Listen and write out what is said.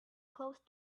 close